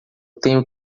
tenho